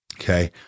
Okay